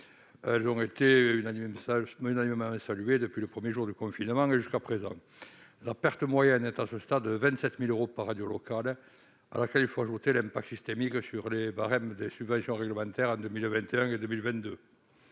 Elles ont été unanimement saluées, depuis le premier jour du confinement et jusqu'à présent. La perte moyenne est à ce stade estimée à 27 000 euros par radio locale, à laquelle il faut ajouter l'impact systémique sur les barèmes des subventions réglementaires en 2021 et 2022.